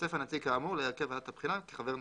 יתוסף הנציג כאמור להרכב ועדת הבחינה כחבר נוסף.